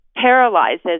paralyzes